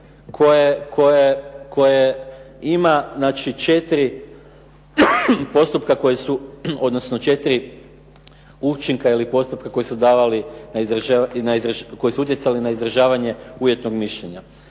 4 učinka ili postupka koji su utjecali na izražavanje uvjetnog mišljenja.